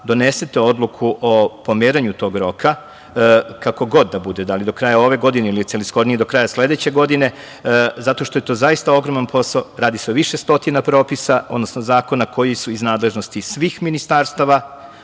donesete odluku o pomeranju tog roka, kako god to bude, da li do kraja ove godine ili je celishodnije do kraja sledeće godine, zato što je to zaista ogroman posao. Radi se o više stotina propisa, odnosno zakona koji su iz nadležnosti svih ministarstava